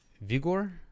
Vigor